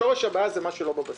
שורש הבעיה הוא מה שלא בבסיס.